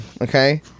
okay